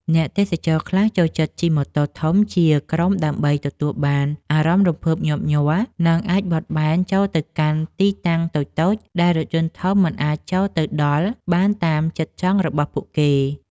អ្នកទេសចរខ្លះចូលចិត្តជិះម៉ូតូធំៗជាក្រុមដើម្បីទទួលបានអារម្មណ៍រំភើបញាប់ញ័រ និង អាចបត់បែនចូលទៅកាន់ទីតាំងតូចៗដែលរថយន្តធំមិនអាចចូលទៅដល់បានតាមចិត្តចង់របស់ពួកគេ។